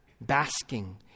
basking